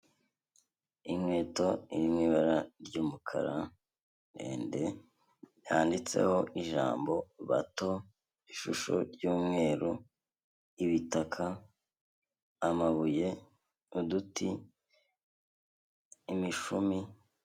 Inkweto iri mu ibara ry'umukara ndende, yanditseho ijambo bato, ishusho ry'umweru, ibitaka, amabuye, uduti, imishumi.